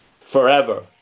forever